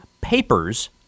Papers